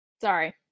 Sorry